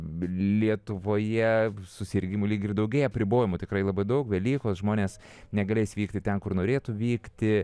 lietuvoje susirgimų lyg ir daugėja apribojimų tikrai labai daug velykos žmonės negalės vykti ten kur norėtų vykti